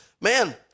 Man